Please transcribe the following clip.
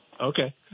Okay